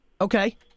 Okay